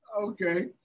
okay